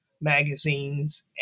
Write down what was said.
magazines